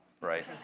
right